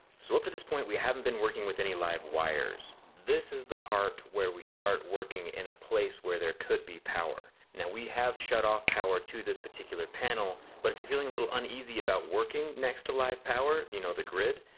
so up to this point we haven't been working with any live wires. this is the part where we start working in a place where there could be power. now, we have shut off power to this particular panel, but if you're feeling a little uneasy about working next to live power, you know, the grid,